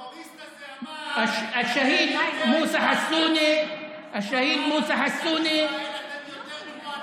הטרוריסט הזה אמר: אתם יותר כמו הנאצים.